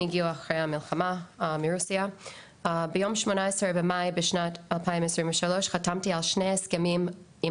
הגיעו אחרי המלחמה מרוסיה בתאריך 18 במאי 2023 חתמתי על שני הסכמים עם